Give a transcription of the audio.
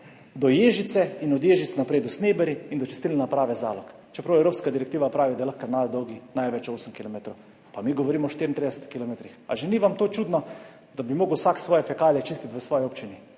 do Ježice in od Ježice naprej do Sneberij in do čistilne naprave Zalog, čeprav evropska direktiva pravi, da je lahko kanal dolg največ 8 kilometrov, mi pa govorimo o 34 kilometrih. Ali vam ni že to čudno, da bi moral vsak svoje fekalije čistiti v svoji občini?